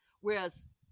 whereas